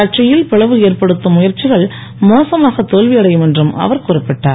கட்சியில் பிளவு ஏற்படுத்தும் முயற்சிகள் மோசமாகத் தோல்வியடையும் என்றும் அவர் குறிப்பிட்டார்